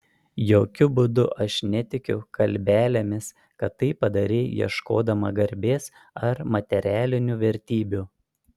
jokiu būdu aš netikiu kalbelėmis kad tai padarei ieškodama garbės ar materialinių vertybių